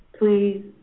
Please